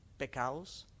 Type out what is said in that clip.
pecados